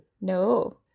No